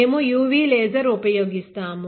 మేము U V laser ఉపయోగిస్తాము